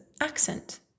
accent